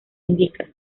indica